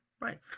right